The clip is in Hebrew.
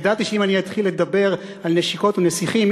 ידעתי שאם אתחיל לדבר על נשיקות ונסיכים,